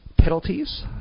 Penalties